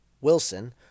Wilson